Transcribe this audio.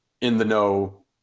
in-the-know